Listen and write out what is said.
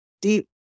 deep